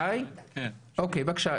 גיא, בקשה.